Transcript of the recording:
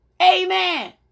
Amen